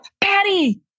Patty